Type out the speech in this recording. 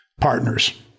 partners